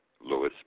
louis